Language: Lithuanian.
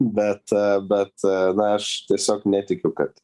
bet bet na aš tiesiog netikiu kad